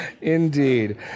indeed